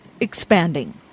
expanding